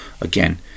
again